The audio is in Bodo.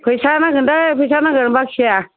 फैसा नांगोन दे फैसा नांगोन बाखि जाया